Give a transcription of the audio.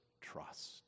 trust